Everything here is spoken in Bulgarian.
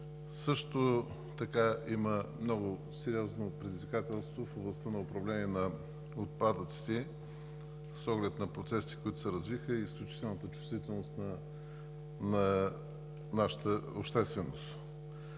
съюз. Има и много сериозно предизвикателство в областта на управлението на отпадъците с оглед на процесите, които се развиха, и изключителната чувствителност на нашата общественост.